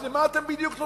אז למה אתם בדיוק נותנים?